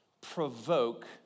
provoke